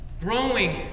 growing